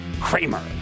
kramer